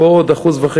פה עוד 1.5%,